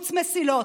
בקיבוץ מסילות.